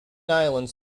islands